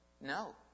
No